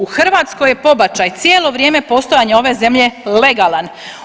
U Hrvatskoj je pobačaj cijelo vrijeme postojanja ove zemlje legalan.